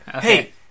Hey